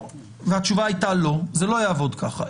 התשובה הייתה לא, זה לא יעבוד ככה.